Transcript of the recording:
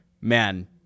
man